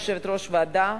יושבת-ראש הוועדה,